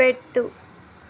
పెట్టు